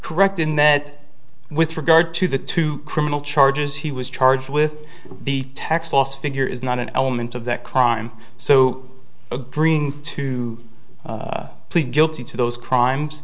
correct in that with regard to the two criminal charges he was charged with the tax loss figure is not an element of that crime so agreeing to plead guilty to those crimes